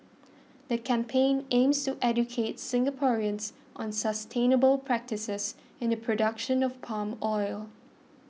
the campaign aims to educate Singaporeans on sustainable practices in the production of palm oil